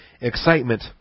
excitement